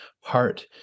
heart